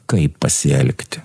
kaip pasielgti